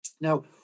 Now